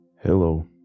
Hello